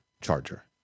charger